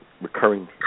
recurring